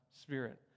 Spirit